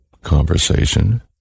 Conversation